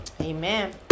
Amen